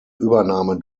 übernahme